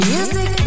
Music